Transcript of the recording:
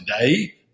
today